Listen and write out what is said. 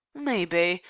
maybe.